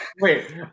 Wait